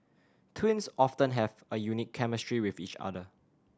twins often have a unique chemistry with each other